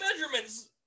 measurements